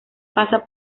pasa